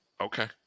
Okay